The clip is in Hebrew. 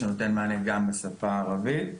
שנותן מענה גם בשפה הערבית.